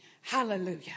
Hallelujah